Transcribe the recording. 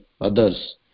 others